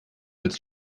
als